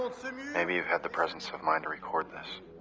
ah imaybe you've had the presence of mind to record this.